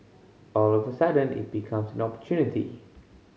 all of a sudden it becomes an opportunity